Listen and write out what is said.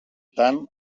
tant